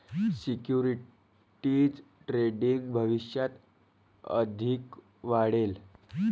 securities trading भविष्यात अधिक वाढेल